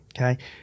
Okay